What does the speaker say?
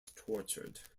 tortured